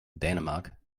dänemark